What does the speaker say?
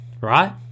right